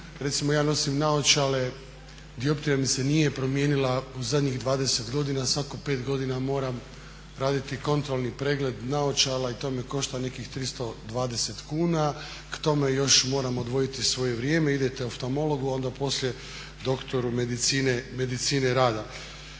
Recimo ja nosim naočale, dioptrija mi se nije promijenila u zadnjih 20 godina, svakih 5 godina moram raditi kontrolni pregled naočala i to me košta nekih 320 kuna, k tome još moram odvojiti svoje vrijeme, idete oftalmologu, onda poslije doktoru medicine rada.